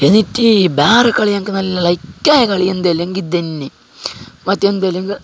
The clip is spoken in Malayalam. എന്നിട്ട് വേറെ കളി ഞങ്ങൾക്ക് നല്ല ലൈക്കായത് കളി ഒന്നുമില്ല ഞങ്ങൾക്ക് ഇത് തന്നെ മറ്റ് എന്തുമില്ല